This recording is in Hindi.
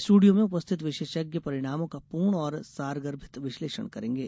स्टूडियो में उपस्थित विशेषज्ञ परिणामों का पूर्ण और सारगर्भित विश्लेषण करेंगे